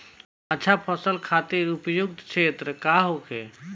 अच्छा फसल खातिर उपयुक्त क्षेत्र का होखे?